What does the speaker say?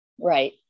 right